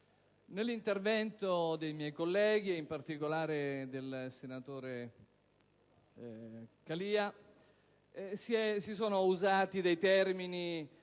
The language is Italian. Nell'intervento dei miei colleghi e, in particolare, del senatore D'Alia sono stati usati termini